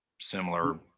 similar